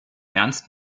ernst